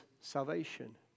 salvation